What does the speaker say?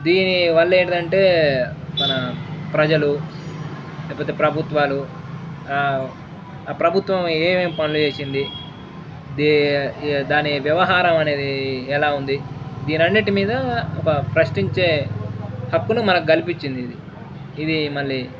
దీని వల్ల ఏంటంటే మన ప్రజలు లేకపోతే ప్రభుత్వాలు ఆ ప్రభుత్వం ఏమేమి పనులు చేసింది ద దాని వ్యవహారం అనేది ఎలా ఉంది దీన్ని అన్నింటి మీద ఒక ప్రశ్నించే హక్కును మనకు కల్పించింది ఇది ఇది మళ్ళీ